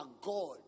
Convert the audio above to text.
God